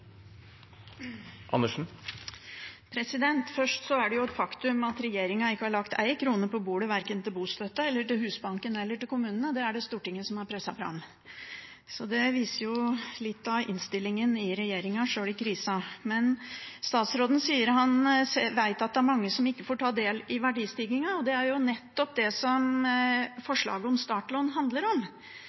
det et faktum at regjeringen ikke har lagt én krone på bordet verken til bostøtte, til Husbanken eller til kommunene. Det er det Stortinget som har presset fram. Det viser litt av innstillingen til regjeringen, sjøl i krisa. Men statsråden sier han vet at det er mange som ikke får ta del i verdistigningen. Det er jo nettopp det forslaget om startlån handler om.